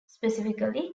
specifically